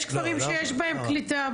יש כפרים שיש בהם קליטה.